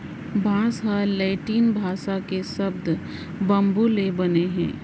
बांस ह लैटिन भासा के सब्द बंबू ले बने हे